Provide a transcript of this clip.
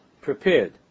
prepared